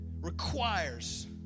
requires